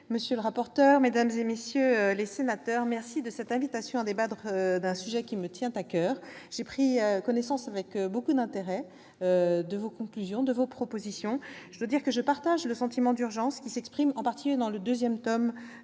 monsieur le rapporteur, mesdames, messieurs les sénateurs, je vous remercie de cette invitation à débattre d'un sujet qui me tient à coeur. J'ai pris connaissance avec beaucoup d'intérêt de vos conclusions et de vos propositions. Je partage votre sentiment d'urgence, qui s'exprime en particulier dans le second tome